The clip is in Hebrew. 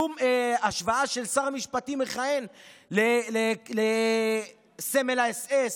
שום השוואה של שר משפטים מכהן לסמל האס.אס,